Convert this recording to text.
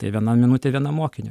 tai viena minutė vienam mokiniui